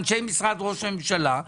אנשי משרד ראש הממשלה,